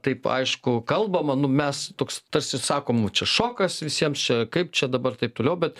taip aišku kalbama nu mes toks tarsi sakom mum čia šokas visiems čia kaip čia dabar taip toliau bet